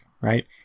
right